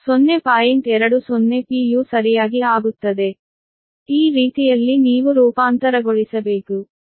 ಆದ್ದರಿಂದ ಈ ರೀತಿಯಲ್ಲಿ ನೀವು ರೂಪಾಂತರಗೊಳ್ಳಬೇಕು